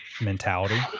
mentality